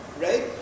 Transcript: right